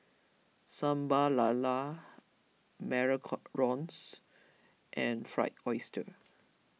Sambal Lala Macarons and Fried Oyster